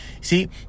See